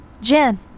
Jen